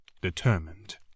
determined